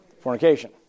Fornication